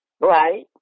Right